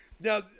Now